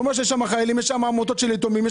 שם יש חיילים ועמותות של יתומים.